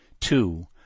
Two